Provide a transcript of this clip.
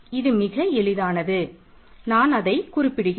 இது மிக எளிதானது நான் அதை குறிப்பிடுகிறேன்